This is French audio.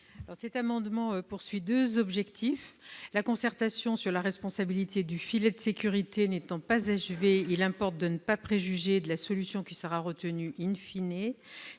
Cet amendement a un double objet. La concertation sur la responsabilité du « filet de sécurité » n'étant pas achevée, il importe de ne pas préjuger de la solution qui sera retenue.